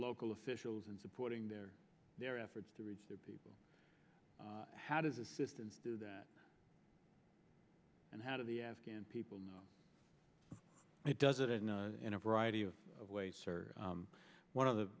local officials and supporting their their efforts to reach their people how does assistance do that and how do the afghan people it does it in a in a variety of ways are one of the